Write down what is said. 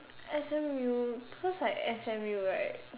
S_M_U cause like S_M_U right